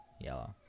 Yellow